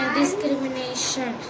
discrimination